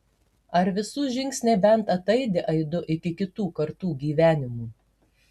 ar visų žingsniai bent ataidi aidu iki kitų kartų gyvenimų